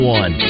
one